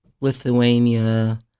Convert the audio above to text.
Lithuania